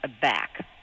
back